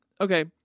okay